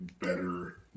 better